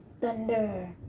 Thunder